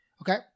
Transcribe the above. okay